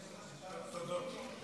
תודות.